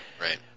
Right